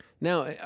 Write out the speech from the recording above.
Now